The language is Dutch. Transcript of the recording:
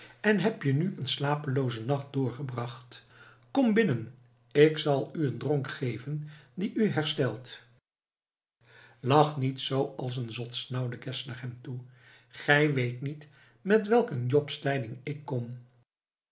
en heb je nu een slapeloozen nacht doorgebracht kom binnen ik zal u een dronk geven die u herstelt lach niet zoo als een zot snauwde geszler hem toe gij weet niet met welk eene jobstijding ik kom